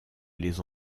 les